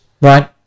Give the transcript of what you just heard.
Right